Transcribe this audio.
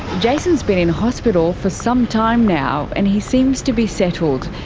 jason's been in hospital for some time now and he seems to be settled.